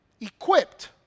equipped